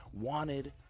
wanted